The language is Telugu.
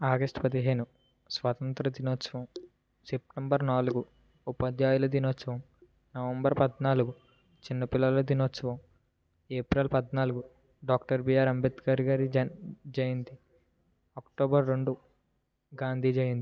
ఆగస్టు పదిహేను స్వాతంత్ర దినోత్సవం సెప్టెంబర్ నాలుగు ఉపాధ్యాయుల దినోత్సవం నవంబర్ పద్నాలుగు చిన్న పిల్లల దినోత్సవం ఏప్రిల్ పద్నాలుగు డాక్టర్ బిఆర్ అంబేద్కర్గారి జ జయంతి అక్టోబర్ రెండు గాంధీ జయంతి